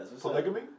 polygamy